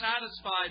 satisfied